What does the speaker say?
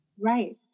right